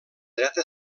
dreta